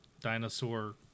dinosaur